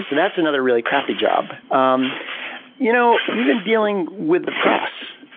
so that's another really crappy job. um you know even dealing with the press,